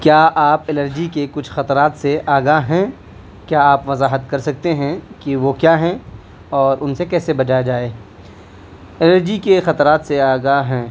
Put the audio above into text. کیا آپ الرجی کے کچھ خطرات سے آگاہ ہیں کیا آپ وضاحت کر سکتے ہیں کہ وہ کیا ہیں اور ان سے کیسے بجا جائے الرجی کے خطرات سے آگاہ ہیں